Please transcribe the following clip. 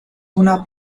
una